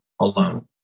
alone